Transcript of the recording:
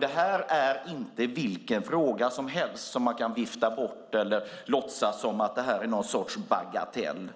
Det här är inte vilken fråga som helst som man kan vifta bort eller låtsas som om den är någon sorts bagatell.